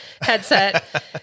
headset